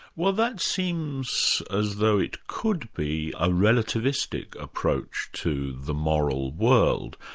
well that seems as though it could be a relativistic approach to the moral world.